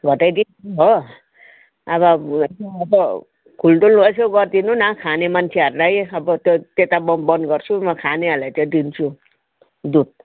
घटाइदिन्छु हो अब अब खुलदुल यसो गरिदिनु न खाने मान्छेहरूलाई अब त्यो त्यता म बन्द गर्छु खानेहरूलाई चाहिँ दिन्छु दुध